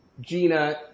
Gina